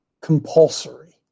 compulsory